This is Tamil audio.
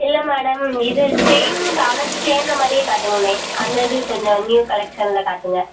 இல்லை மேடம் இது செயினும் டாலர் சேர்ந்த மாதிரியே காட்டுங்களேன் அந்த இது கொஞ்சம் நியூ கலெக்ஷனில் காட்டுங்க